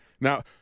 Now